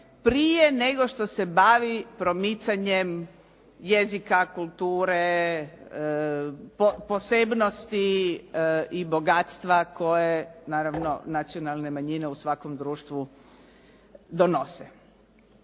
prije nego što se bavi promicanjem jezika, kulture, posebnosti, i bogatstva koje naravno nacionalne manjine u svakom društvu donose.